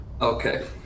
Okay